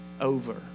over